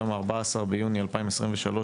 היום ה-14 ביוני 2023,